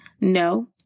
No